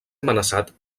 amenaçat